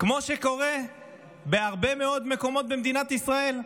כמו שקורה בהרבה מאוד מקומות במדינת ישראל.